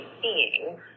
seeing